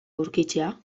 aurkitzea